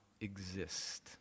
exist